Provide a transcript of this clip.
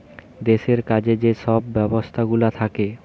দেশের কাজে যে সব ব্যবস্থাগুলা থাকে